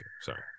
sorry